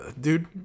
Dude